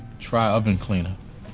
try oven cleaner.